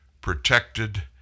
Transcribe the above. protected